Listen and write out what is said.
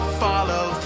follow